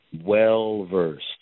Well-versed